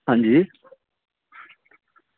अंजी